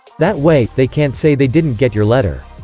that way, they can't say they didn't get your letter.